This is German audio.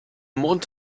mond